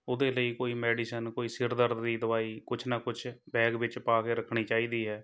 ਉਹਦੇ ਲਈ ਕੋਈ ਮੈਡੀਸਨ ਕੋਈ ਸਿਰ ਦਰਦ ਦੀ ਦਵਾਈ ਕੁਝ ਨਾ ਕੁਝ ਬੈਗ ਵਿੱਚ ਪਾ ਕੇ ਰੱਖਣੀ ਚਾਹੀਦੀ ਹੈ